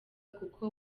kuko